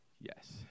yes